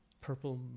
purple